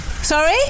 sorry